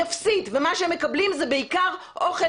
היא אפסית! ומה שהם מקבלים זה בעיקר אוכל